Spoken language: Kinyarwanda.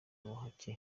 ubuhake